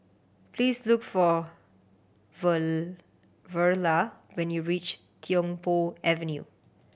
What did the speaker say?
please look for for Verla when you reach Tiong Poh Avenue